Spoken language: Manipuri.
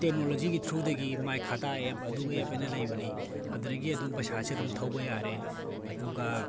ꯇꯦꯛꯅꯣꯂꯣꯖꯤꯒꯤ ꯊ꯭ꯔꯨꯗꯒꯤ ꯃꯥꯒꯤ ꯈꯇꯥ ꯑꯦꯞ ꯑꯗꯨ ꯑꯦꯞꯑꯅ ꯂꯩꯕꯅꯤ ꯑꯗꯨꯗꯒꯤ ꯑꯗꯨꯝ ꯄꯩꯁꯥꯁꯤ ꯑꯗꯨꯝ ꯊꯧꯕ ꯌꯥꯔꯦ ꯑꯗꯨꯒ